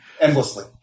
endlessly